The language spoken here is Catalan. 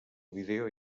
vídeo